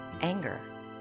Anger